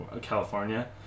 California